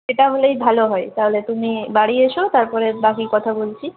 সেটা হলেই ভালো হয় তা হলে তুমি বাড়ি এসো তার পরে বাকি কথা বলছি